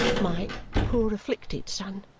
my poor afflicted son,